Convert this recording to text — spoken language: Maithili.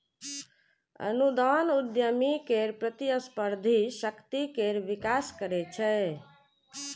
अनुदान उद्यमी केर प्रतिस्पर्धी शक्ति केर विकास करै छै